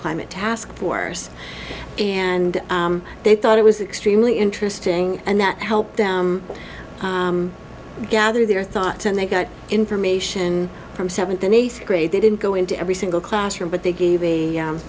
climate task force and they thought it was extremely interesting and that helped them gather their thoughts and they got information from seventh and eighth grade they didn't go into every single classroom but they gave